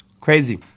Crazy